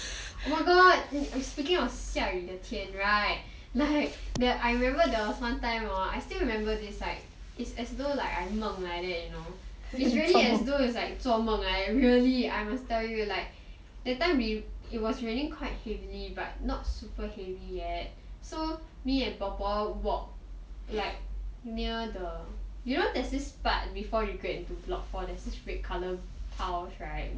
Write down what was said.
oh my god speaking of 下雨的天 right like I remember there was one time hor I still remember this like it's as though like I 梦 like that you know it's really as though it's like 做梦 like that like really I must tell you that time we it was raining quite heavily but not super heavy yet so me and 婆婆 walk like near the you know there's this part before you get into block four there's this red colour house right